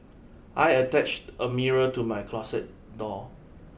I attached a mirror to my closet door